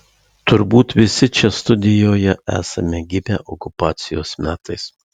turbūt visi čia studijoje esame gimę okupacijos metais